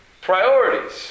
priorities